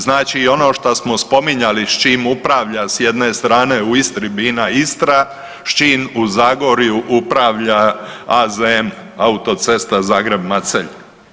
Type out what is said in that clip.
Znači i ono šta smo spominjali s čim upravlja s jedne strane u Istri Bina Istra, s čim u Zagorju uprava AZM Autocesta Zagreb – Macelj.